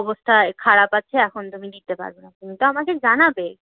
অবস্থা খারাপ আছে এখন তুমি দিতে পারবে না তুমি তো আমাকে জানাবে